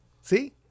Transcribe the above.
See